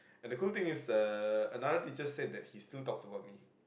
and the cool thing is uh another teacher said that he still talks about me